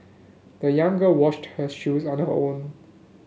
the young girl washed her shoes on her own